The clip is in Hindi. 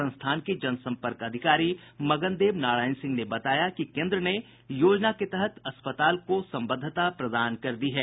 संस्थान के जनसंपर्क अधिकारी मगनदेव नारायण सिंह ने बताया कि केन्द्र ने योजना के तहत अस्पताल को संबद्धता प्रदान कर दी है